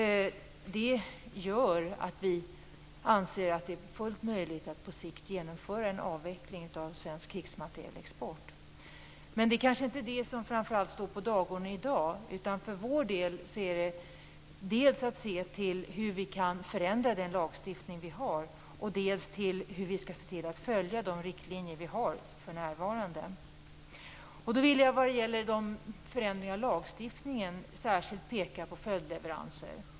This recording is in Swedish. Vi anser att det på sikt är fullt möjligt att genomföra en avveckling av svensk krigsmaterielexport. Men det är inte det som framför allt står på dagordningen i dag, utan för vår del är det dels hur man kan förändra lagstiftningen, dels hur man skall se till att de nuvarande riktlinjerna följs. När det gäller förändring av lagstiftningen vill jag särskilt peka på följdleveranser.